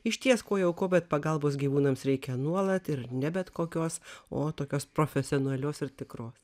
išties ko jau ko bet pagalbos gyvūnams reikia nuolat ir ne bet kokios o tokios profesionalios ir tikros